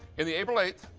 in the april eight.